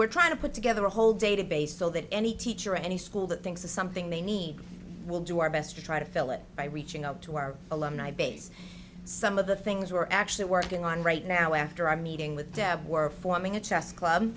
we're trying to put together a whole database so that any teacher or any school that thinks of something we need we'll do our best to try to fill it by reaching out to our alumni base some of the things we're actually working on right now after our meeting with deb we're forming a chess club